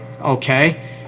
Okay